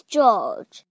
George